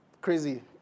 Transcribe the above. crazy